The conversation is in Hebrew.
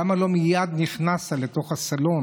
למה לא נכנסת מייד לתוך הסלון,